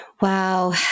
Wow